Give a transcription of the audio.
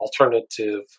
alternative